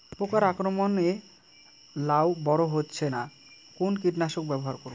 পোকার আক্রমণ এ লাউ বড় হচ্ছে না কোন কীটনাশক ব্যবহার করব?